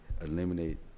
eliminate